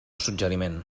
suggeriment